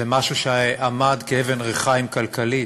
זה משהו שהיה אבן ריחיים כלכלית